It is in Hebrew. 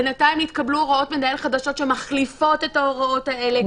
בינתיים התקבלו הוראות מנהל חדשות שמחליפות את ההוראות האלה,